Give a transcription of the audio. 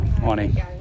morning